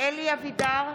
אלי אבידר,